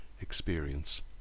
experience